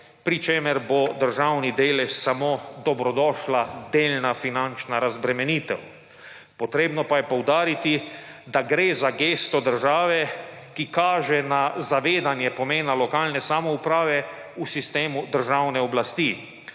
pri čemer bo državni delež samo dobrodošla delna finančna razbremenitev potrebno pa je poudariti, da gre za gesto države, ki kaže na zavedanje pomena lokalne samouprave v sistemu državne oblasti.